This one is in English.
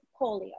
polio